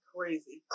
crazy